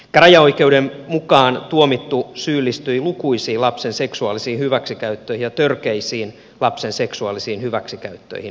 käräjäoikeuden mukaan tuomittu syyllistyi lukuisiin lapsen seksuaalisiin hyväksikäyttöihin ja törkeisiin lapsen seksuaalisiin hyväksikäyttöihin